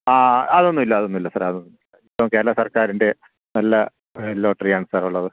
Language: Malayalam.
ആ അതൊന്നുമില്ല അതൊന്നുമില്ല സാർ അതൊന്നുമില്ല ഇപ്പം കേരള സർക്കാരിൻ്റെ നല്ല ലോട്ടറിയാണ് സാറുള്ളത്